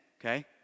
okay